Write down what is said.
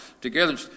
together